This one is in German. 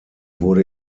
wurde